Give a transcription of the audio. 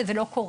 וזה לא קורה.